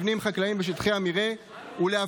במרבית שטחי המרעה דיני התכנון והבנייה